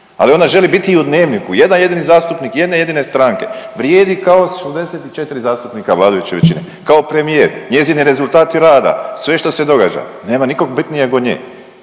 Ali ona želi biti i u Dnevniku, jedan jedini zastupnik jedne jedine stranke vrijedi kao 64 zastupnika vladajuće većine, kao premijer, njezini rezultati rada, sve što se događa, nema nikog bitnijeg od nje.